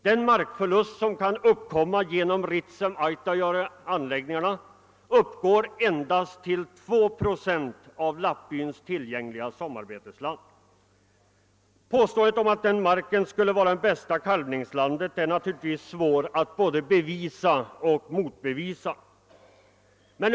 Den markförlust som kan uppkomma genom Ritsem—Autajaure-anläggningen uppgår endast till ca 2 procent av byns tillgängliga sommarbetesland. Påståendet att den marken skulle vara det bästa kalvningslandet är naturligtvis svårt både att bevisa och att motbevisa.